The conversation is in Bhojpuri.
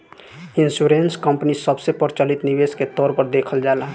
इंश्योरेंस कंपनी सबसे प्रचलित निवेश के तौर पर देखल जाला